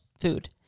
food